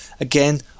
Again